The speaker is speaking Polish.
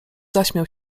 zaśmiał